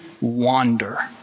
wander